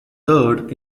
third